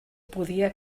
podia